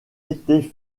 étaient